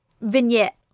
vignette